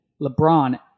LeBron